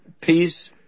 peace